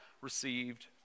received